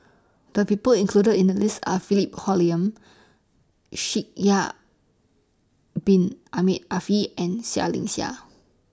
The People included in The list Are Philip Hoalim Shaikh Yahya Bin Ahmed Afifi and Seah Liang Seah